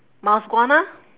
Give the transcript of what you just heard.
mouseguana